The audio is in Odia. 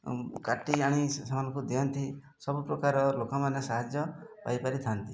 କାଟି ଆଣି ସେମାନଙ୍କୁ ଦିଅନ୍ତି ସବୁପ୍ରକାର ଲୋକମାନେ ସାହାଯ୍ୟ ପାଇପାରିଥାନ୍ତି